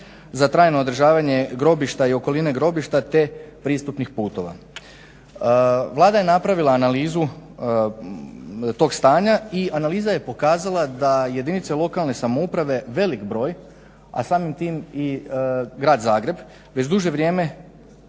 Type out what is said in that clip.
za trajno održavanje grobišta i okoline grobišta te pristupnih putova. Vlada je napravila analizu tog stanja i analiza je pokazala da jedinice lokalne samouprave velik broj a samim tim i grad Zagreb već duže vrijeme